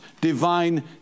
divine